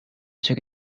took